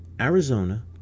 Arizona